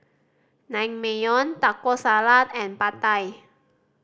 Naengmyeon Taco Salad and Pad Thai